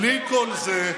בלי כל זה,